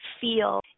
feel